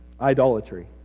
idolatry